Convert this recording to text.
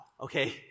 Okay